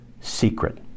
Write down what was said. secret